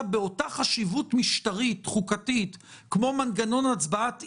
באותה חשיבות משטרית חוקתית כמו מנגנון הצבעת אי-האמון,